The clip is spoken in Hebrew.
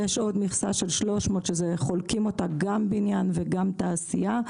יש עוד מכסה של 300 שחולקים אותה גם בניין וגם תעשייה,